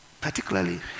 particularly